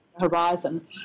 horizon